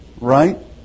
Right